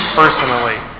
personally